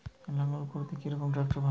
লাঙ্গল করতে কি রকম ট্রাকটার ভালো?